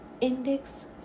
index